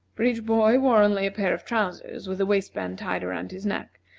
for each boy wore only a pair of trousers with the waistband tied around his neck,